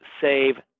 save